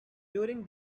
during